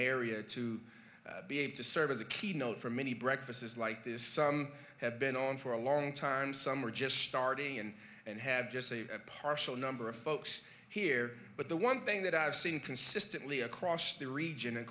area to be able to serve as a keynote for many breakfast is like this some have been on for a long time some are just starting and and have just a partial number of folks here but the one thing that i've seen consistently across the region a